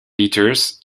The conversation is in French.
peters